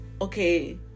okay